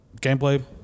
gameplay